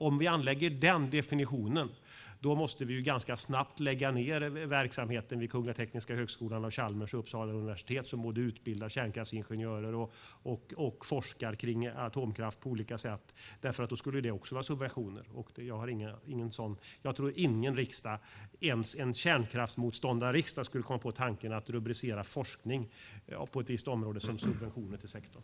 Om vi använder en sådan definition måste vi ganska snabbt lägga ned verksamheten vid Kungliga Tekniska högskolan, Chalmers och Uppsala universitet, som både utbildar kärnkraftsingenjörer och forskar kring atomkraft på olika sätt, för då skulle det också vara subventioner. Jag tror inte att ens en kärnkraftsmotståndarriksdag skulle komma på tanken att rubricera forskning på ett visst område som subventioner till sektorn.